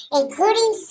Including